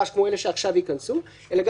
זה נותן איזשהו יתרון לח"כ החדש שנכנס, לבחור.